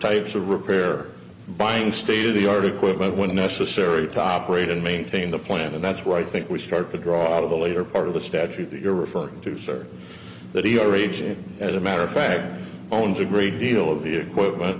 types of repair buying state of the art equipment when necessary to operate and maintain the plant and that's where i think we start to draw out of the later part of the statute that you're referring to sir that he originally as a matter of fact owns a great deal of the equipment